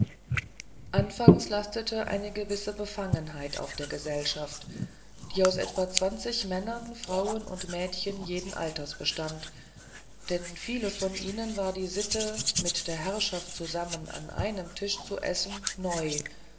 anfangs lastete eine gewisse befangenheit auf der gesellschaft die aus etwa zwanzig männern frauen und mädchen jeden alters bestand denn vielen von ihnen war die sitte mit der herrschaft zusammen an einem tische zu essen neu